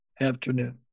afternoon